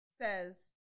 says